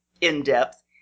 in-depth